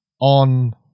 on